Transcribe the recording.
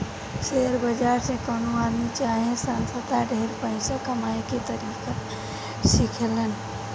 share बाजार से कवनो आदमी चाहे संस्था ढेर पइसा कमाए के तरीका सिखेलन